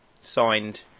signed